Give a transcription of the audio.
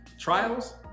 trials